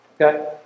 Okay